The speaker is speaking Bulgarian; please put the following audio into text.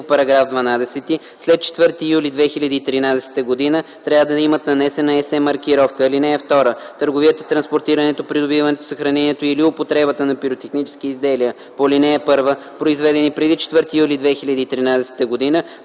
по § 12, след 4 юли 2013 г. трябва да имат нанесена “СЕ” маркировка. (2) Търговията, транспортирането, придобиването, съхранението или употребата на пиротехнически изделия по ал. 1, произведени преди 4 юли 2013 г.,